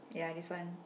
ya this one